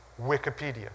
Wikipedia